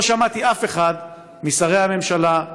לא שמעתי אף אחד משרי הממשלה,